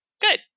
good